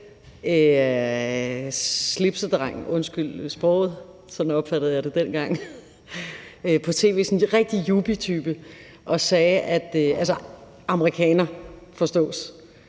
slipsedreng – undskyld udtrykket, men sådan opfattede jeg det dengang – sådan en rigtig yuppietype, altså en amerikaner, forstås,